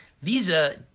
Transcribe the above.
Visa